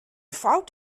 fout